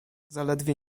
zaledwie